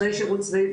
אחרי שירות צבאי,